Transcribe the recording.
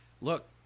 Look